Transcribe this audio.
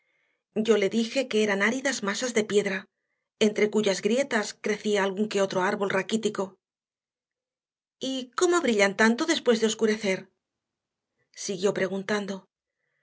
yo le dije que eran áridas masas de piedra entre cuyas grietas crecía algún que otro árbol raquítico y cómo brillan tanto después de oscurecer siguió preguntando